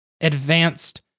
advanced